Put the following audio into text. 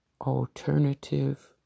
alternative